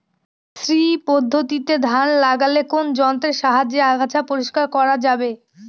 শ্রী পদ্ধতিতে ধান লাগালে কোন যন্ত্রের সাহায্যে আগাছা পরিষ্কার করা যাবে?